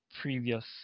previous